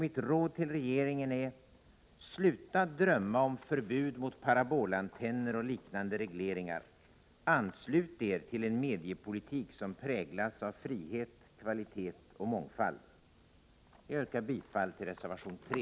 Mitt råd till regeringen är: Sluta drömma om förbud mot parabolantenner och liknande regleringar. Anslut er till en mediepolitik som präglas av frihet, kvalitet och mångfald. Herr talman! Jag yrkar bifall till reservation 3.